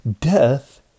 death